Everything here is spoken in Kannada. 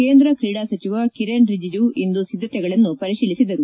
ಕೇಂದ್ರ ತ್ರೀಡಾ ಸಚವ ಕಿರೆನ್ ರಿಜಿಜು ಇಂದು ಸಿದ್ಗತೆಗಳನ್ನು ಪರಿಶೀಲಿಸಿದರು